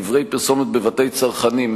דברי פרסומת בבתי צרכנים),